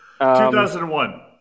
2001